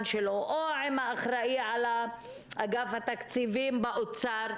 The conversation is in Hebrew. שלו או עם האחראי על אגף התקציבים באוצר,